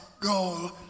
goal